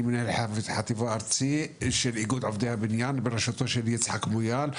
אני מנהל חטיבה ארצית של איגוד עובדי הבניין בראשותו של יצחק מויאל,